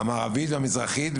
המערבית והמזרחית,